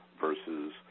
versus